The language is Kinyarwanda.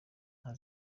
nta